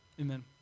Amen